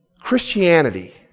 Christianity